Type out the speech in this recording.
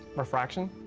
refraction.